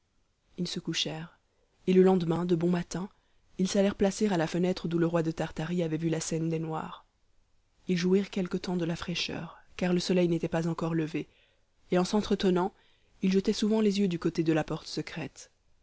ils se couchèrent et le lendemain de bon matin ils s'allèrent placer à la fenêtre d'où le roi de tartarie avait vu la scène des noirs ils jouirent quelque temps de la fraîcheur car le soleil n'était pas encore levé et en s'entretenant ils jetaient souvent les yeux du côté de la porte secrète